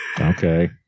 okay